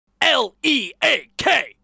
L-E-A-K